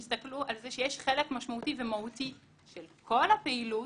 תסתכלו על זה שיש חלק משמעותי ומהותי של כל הפעילות,